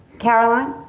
caroline.